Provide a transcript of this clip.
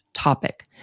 topic